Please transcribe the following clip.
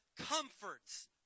comforts